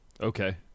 Okay